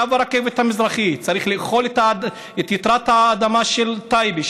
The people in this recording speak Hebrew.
קו הרכבת המזרחי: צריך לאכול את יתרת האדמה של טייבה,